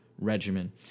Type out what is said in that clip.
regimen